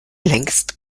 längst